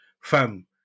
Fam